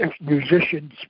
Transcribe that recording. musicians